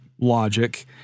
logic